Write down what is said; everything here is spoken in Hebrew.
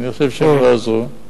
אני חושב שהם לא עזרו,